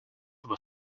were